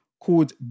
called